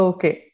Okay